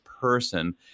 person